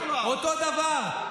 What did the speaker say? אותו דבר,